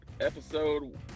episode